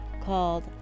called